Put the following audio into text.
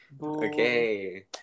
Okay